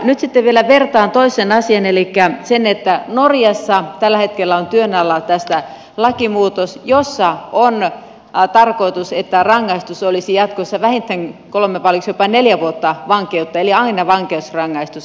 nyt sitten vielä vertaan toiseen asiaan elikkä norjassa tällä hetkellä on työn alla tästä lakimuutos jossa on tarkoitus että rangaistus olisi jatkossa vähintään kolme vai oliko se jopa neljä vuotta vankeutta eli aina vankeusrangaistus raiskaustapauksissa